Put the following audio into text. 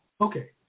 okay